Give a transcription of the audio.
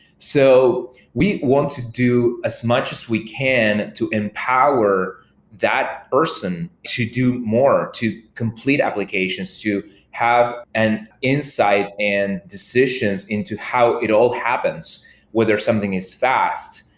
so we want to do as much as we can to empower that person to do more, to complete applications, to have an insight and decisions into how it all happens whether something is fast.